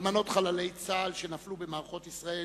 אלמנות חללי צה"ל שנפלו במערכות ישראל